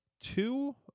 two